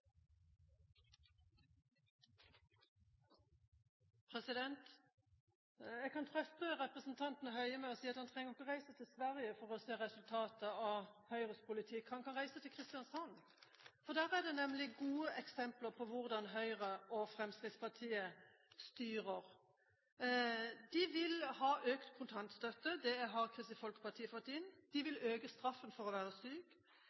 Jeg kan trøste representanten Høie med å si at han trenger ikke reise til Sverige for å se resultatet av høyresidens politikk. Han kan reise til Kristiansand, der er det nemlig gode eksempler på hvordan Høyre og Fremskrittspartiet styrer. De vil ha økt kontantstøtte, det har Kristelig Folkeparti fått inn, de vil øke straffen for å være